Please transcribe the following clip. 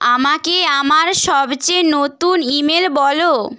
আমাকে আমার সবচেয়ে নতুন ইমেল বলো